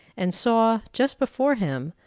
and saw, just before him,